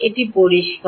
এটা পরিষ্কার